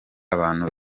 abantu